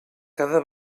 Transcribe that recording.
cada